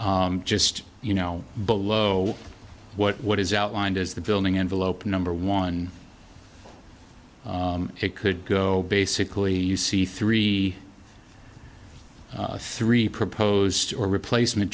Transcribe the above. e just you know below what what is outlined is the building envelope number one it could go basically you see three three proposed or replacement